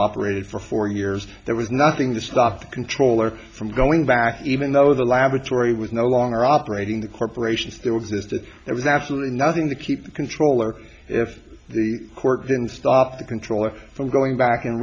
operated for four years there was nothing the stock controller from going back even though the laboratory was no longer operating the corporation still existed there was absolutely nothing to keep the controller if the court didn't stop the controller from going back